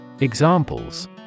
Examples